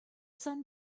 sun